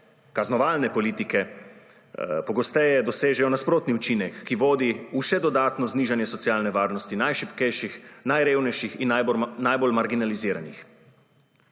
kaznovalne politike pogosteje dosežejo nasproten učinek, ki vodi v še dodatno znižanje socialne varnosti najšibkejših, najrevnejših in najbolj marginaliziranih.